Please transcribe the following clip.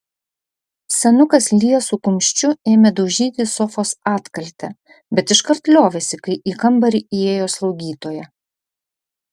senukas liesu kumščiu ėmė daužyti sofos atkaltę bet iškart liovėsi kai į kambarį įėjo slaugytoja